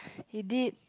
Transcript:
you did